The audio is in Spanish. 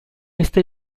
este